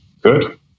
Good